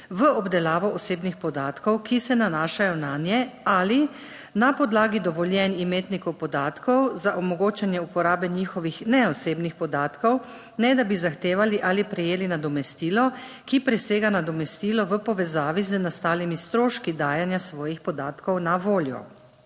v obdelavo osebnih podatkov, ki se nanašajo nanje ali na podlagi dovoljenj imetnikov podatkov za omogočanje uporabe njihovih ne osebnih, podatkov, ne da bi zahtevali ali prejeli nadomestilo, ki presega nadomestilo v povezavi z nastalimi stroški dajanja svojih podatkov na voljo,